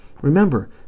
Remember